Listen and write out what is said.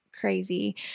crazy